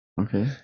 Okay